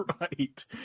Right